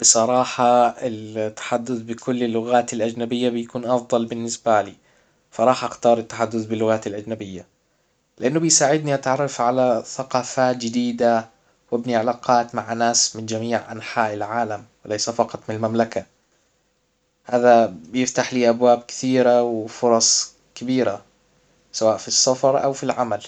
بصراحة التحدث بكل اللغات الاجنبية بيكون افضل بالنسبة لي فراح اختار التحدث باللغات الاجنبية لانه بيساعدني اتعرف على ثقافات جديدة وابني علاقات مع ناس من جميع انحاء العالم وليس فقط من المملكة هذا بيفتح لي أبواب كثيرة وفرص كبيرة سواء في السفر او في العمل